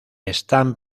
están